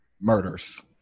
murders